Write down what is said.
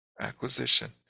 acquisition